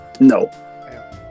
No